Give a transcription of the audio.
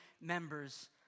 members